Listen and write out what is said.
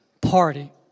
party